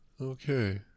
Okay